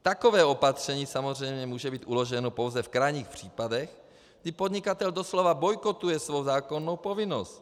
Takové opatření samozřejmě může být uloženo pouze v krajních případech, kdy podnikatel doslova bojkotuje svou zákonnou povinnost.